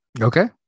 Okay